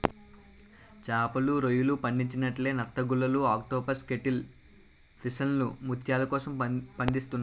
చేపలు, రొయ్యలు పండించినట్లే నత్తగుల్లలు ఆక్టోపస్ కేటిల్ ఫిష్లను ముత్యాల కోసం పండిస్తున్నారు